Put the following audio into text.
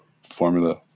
formula